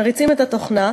מריצים את התוכנה,